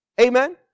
Amen